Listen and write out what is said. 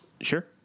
Sure